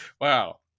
Wow